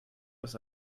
dass